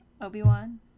Obi-Wan